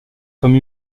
comme